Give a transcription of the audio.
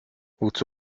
wozu